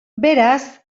beraz